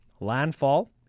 landfall